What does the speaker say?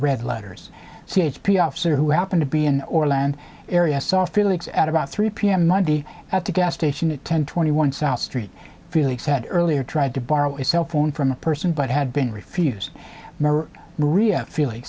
red letters c h p officer who happened to be in orlando area saw felix at about three p m monday at the gas station at ten twenty one south st felix said earlier tried to borrow a cell phone from a person but had been refused maria feli